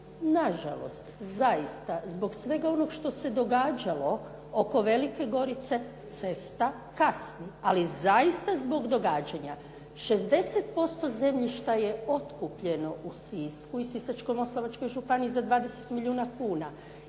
Na žalost, zaista zbog svega onoga što se događalo oko Velike Gorice cesta kasni, ali zaista zbog događanja. 60% zemljišta je otkupljeno u Sisku i Sisačko-moslavačkoj županiji za 20 milijuna kuna